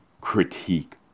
critique